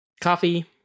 Coffee